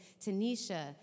Tanisha